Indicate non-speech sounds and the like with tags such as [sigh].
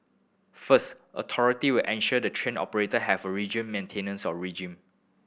first authority will ensure the train operator have a region maintenance [unintelligible] regime